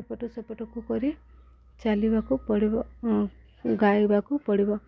ଏପଟ ସେପଟକୁ କରି ଚାଲିବାକୁ ପଡ଼ିବ ଗାଇବାକୁ ପଡ଼ିବ